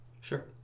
Sure